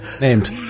named